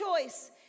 choice